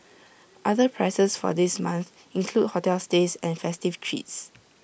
other prizes for this month include hotel stays and festive treats